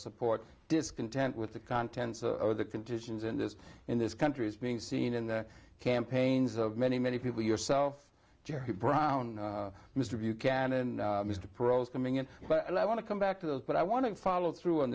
support discontent with the contents of the conditions in this in this country is being seen in the campaigns of many many people yourself jerry brown mr buchanan mr pros coming in but i want to come back to those but i want to follow through on